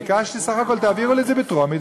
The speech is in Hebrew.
ביקשתי בסך הכול: תעבירו לי את זה בטרומית,